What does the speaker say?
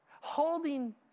holding